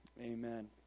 Amen